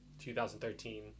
2013